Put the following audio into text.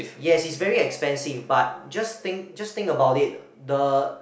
yes it's very expensive but just think just think about it the